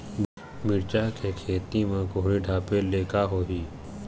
मिरचा के खेती म कुहड़ी ढापे ले का होही?